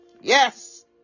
Yes